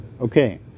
Okay